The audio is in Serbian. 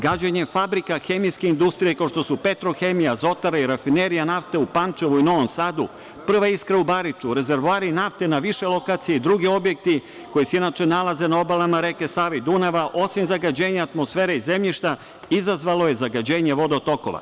Gađanje fabrika hemijske industrije, kao što su „Petrohemija“, „Azotara“ i rafinerija nafte u Pančevu i Novom Sadu, „Prva iskra“ u Bariču, rezervoari nafte na više lokacija i drugi objekti koji se inače nalaze na obalama reke Save i Dunava, osim zagađenja atmosfere i zemljišta, izazvalo je zagađenje vodotokova.